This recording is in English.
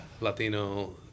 Latino